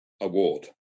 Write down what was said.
award